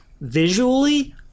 visually